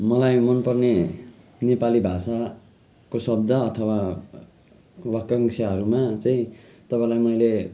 मलाई मनपर्ने नेपाली भाषाको शब्द अथवा वाक्यांशहरूमा चाहिँ तपाईँलाई मैले